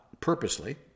purposely